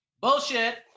bullshit